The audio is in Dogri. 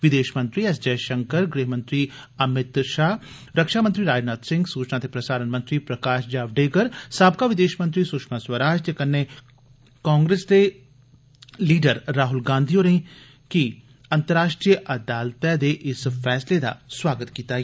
विदेश मंत्री एस जयशंकर गृहमंत्री अमित शाह रक्षामंत्री राजनाथ सिंह सूचना ते प्रसारण मंत्री प्रकाश जावडेकर साबका विदेशमंत्री सुषमा स्वराज ते कन्नै कांग्रेस दे लीडर राहुल गांधी होरें बी अतंराष्ट्री अदालतै दे इस फैसले दा स्वागत कीता ऐ